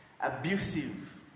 abusive